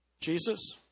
Jesus